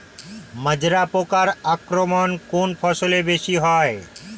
মাজরা পোকার আক্রমণ কোন ফসলে বেশি হয়?